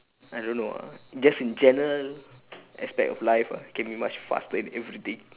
I don't know ah just in general aspect of life ah can be much faster in everything